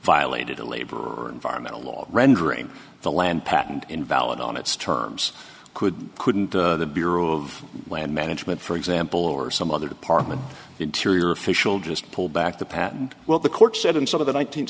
violated a labor or environmental law rendering the land patent invalid on its terms could couldn't the bureau of land management for example or some other department interior official just pulled back the patent well the court said in some of the nineteenth